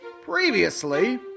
Previously